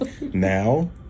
Now